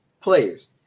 players